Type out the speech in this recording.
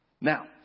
Now